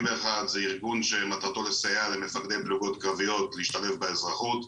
זה ארגון שמטרתו לסייע למפקדי פלוגות קרביות להשתלב באזרחות,